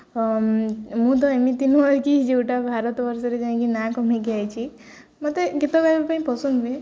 ମୁଁ ତ ଏମିତି ନୁହଁ କିି ଯେଉଁଟା ଭାରତ ବର୍ଷରେ ଯାଇକି ନାଁ କମେଇକି ଯାଇଛିି ମୋତେ ଗୀତ ଗାଇବା ପାଇଁ ପସନ୍ଦ ହୁଏ